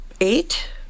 Eight